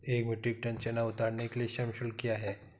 एक metric tonne चना उतारने के लिए श्रम शुल्क क्या है?